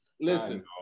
Listen